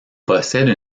possède